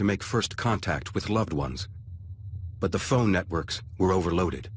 to make first contact with loved ones but the phone networks were overloaded